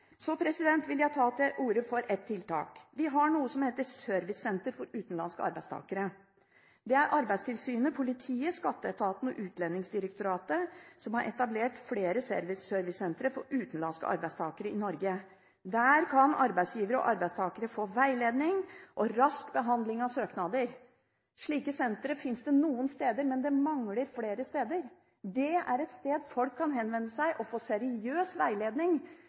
vil ta til orde for ett tiltak: Vi har noe som heter Servicesenter for utenlandske arbeidstakere. Det er Arbeidstilsynet, politiet, skatteetaten og Utlendingsdirektoratet som har etablert flere servicesentre for utenlandske arbeidstakere i Norge. Der kan arbeidsgivere og arbeidstakere få veiledning og rask behandling av søknader. Slike sentre finnes det noen steder, men det mangler flere steder. Det er et sted som folk kan henvende seg til og få seriøs veiledning